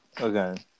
Okay